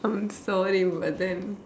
I'm sorry but then